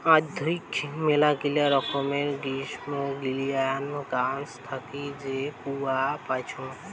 আদৌক মেলাগিলা রকমের গ্রীষ্মমন্ডলীয় গাছ থাকি যে কূয়া পাইচুঙ